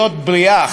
להיות בריאה,